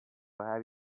have